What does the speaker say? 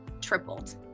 tripled